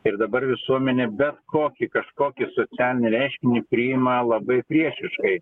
ir dabar visuomenė bet kokį kažkokį ten reiškinį priima labai priešiškai